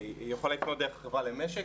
יכולה לפנות דרך החברה למשק,